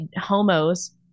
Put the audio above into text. homos